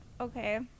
Okay